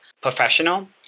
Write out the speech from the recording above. Professional